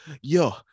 yo